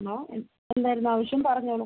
hello എന്തായിരുന്നു ആവശ്യം പറഞ്ഞോളൂ